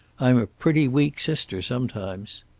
i'm a pretty weak sister sometimes.